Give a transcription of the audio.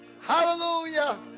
Hallelujah